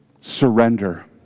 surrender